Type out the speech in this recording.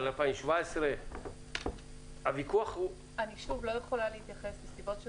על 2017. אני שוב לא יכולה להתייחס מסיבות של